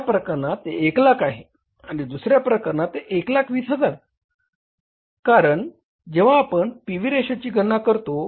एका प्रकरणात ते 100000 आहे आणि दुसर्या प्रकरणात ते 120000 आहे कारण जेव्हा आपण पी व्ही रेशोची गणना करतो